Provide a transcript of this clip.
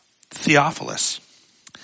Theophilus